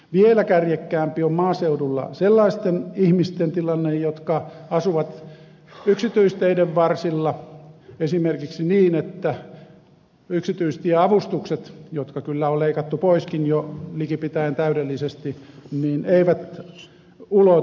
vielä kärjekkäämpi on maaseudulla sellaisten ihmisten tilanne jotka asuvat yksityisteiden varsilla esimerkiksi niin että yksityisteiden avustukset jotka kyllä on leikattu poiskin jo likipitäen täydellisesti eivät sinne ulotu